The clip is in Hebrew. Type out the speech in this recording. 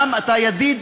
אתה ידיד,